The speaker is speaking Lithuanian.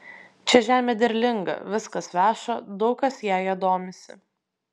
čia žemė derlinga viskas veša daug kas jąja domisi